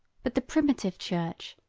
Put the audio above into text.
but the primitive church,